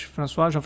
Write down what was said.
François